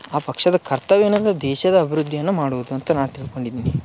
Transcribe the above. ಆ ಪಕ್ಷದ ಕರ್ತವ್ಯ ಏನಂದ್ರ ದೇಶದ ಅಬಿವೃದ್ಧಿಯನ್ನು ಮಾಡೋದು ಅಂತ ನಾ ತಿಳ್ಕೊಂಡಿದ್ದೀನಿ